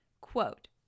Quote